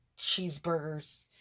Cheeseburgers